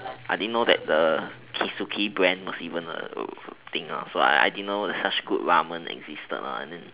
I didn't know that the keisuke brand was even a thing so I I didn't know such good ramen existent lah